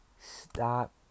Stop